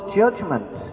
judgment